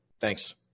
Thanks